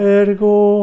ergo